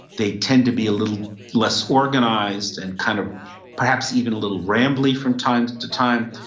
they tend to be a little less organized and kind of perhaps even a little rambley from time to to time.